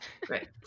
Great